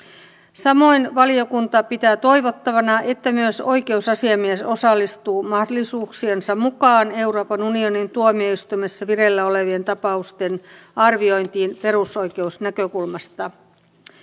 samoin valiokunta pitää toivottavana että myös oikeusasiamies osallistuu mahdollisuuksiensa mukaan euroopan unionin tuomioistuimessa vireillä olevien tapausten arviointiin perusoikeusnäkökulmasta